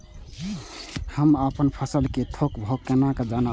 हम अपन फसल कै थौक भाव केना जानब?